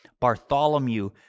Bartholomew